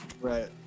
Right